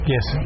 Yes